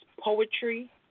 Poetry